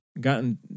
Gotten